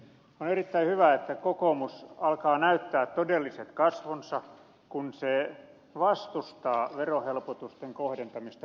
on erittäin hyvä että kokoomus alkaa näyttää todelliset kasvonsa kun se vastustaa verohelpotusten kohdentamista pieni ja keskituloisille